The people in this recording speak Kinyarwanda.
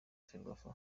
ferwafa